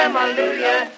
hallelujah